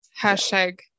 hashtag